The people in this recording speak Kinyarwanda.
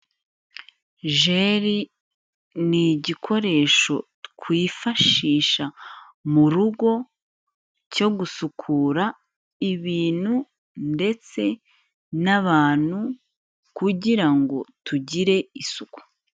Jeri ni igikoresho twifashisha mu rugo, cyo gusukura ibintu ndetse n'abantu kugira ngo tugire isuku.